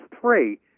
three